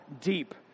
deep